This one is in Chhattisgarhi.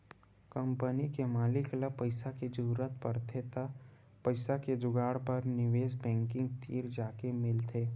कंपनी के मालिक ल पइसा के जरूरत परथे त पइसा के जुगाड़ बर निवेस बेंकिग तीर जाके मिलथे